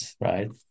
right